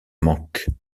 manque